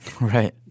Right